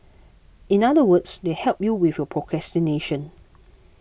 in other words they help you with your procrastination